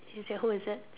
is it who is it